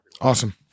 Awesome